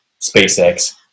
SpaceX